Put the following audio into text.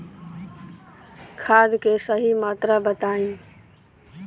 खाद के सही मात्रा बताई?